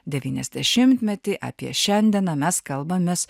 devyniasdešimtmetį apie šiandieną mes kalbamės